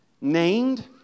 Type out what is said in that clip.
named